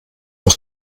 noch